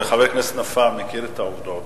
וחבר הכנסת נפאע מכיר את העובדות,